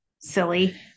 silly